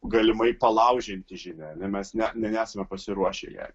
galimai palaužianti žinia mes ne ne nesame pasiruošę jai